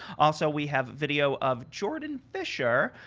also we have video of jordan fischer,